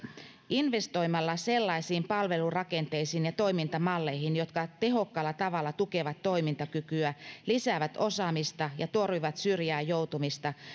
investoimalla sellaisiin palvelurakenteisiin ja toimintamalleihin jotka tehokkaalla tavalla tukevat toimintakykyä lisäävät osaamista ja torjuvat syrjään joutumista